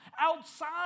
outside